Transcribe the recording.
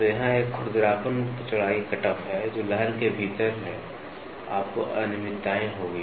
तो यहां एक खुरदरापन चौड़ाई कटऑफ cutoff है जो लहर के भीतर है आपको अनियमितताएं होंगी